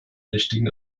richtigen